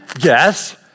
Yes